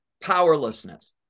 powerlessness